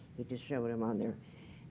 he just showed them on there.